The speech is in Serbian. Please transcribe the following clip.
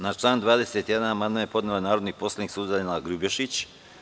Na član 21. amandman je podnela narodni poslanik Suzana Grubješić.